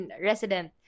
resident